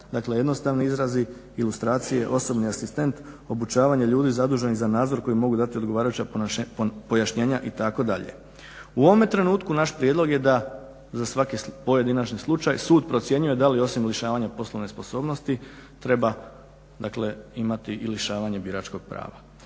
dakle jednostavni izrazi, ilustracije, osobni asistent, obučavanje ljudi zaduženih za nadzor koji mogu dati odgovarajuća pojašnjenja itd. U ovome trenutku naš prijedlog je da za svaki pojedinačni slučaj sud procjenjuje da li osim lišavanja poslovne sposobnosti treba imati i lišavanje biračkog prava.